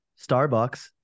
Starbucks